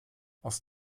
aus